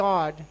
God